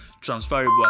transferable